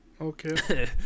Okay